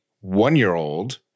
one-year-old